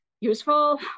useful